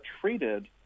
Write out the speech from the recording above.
treated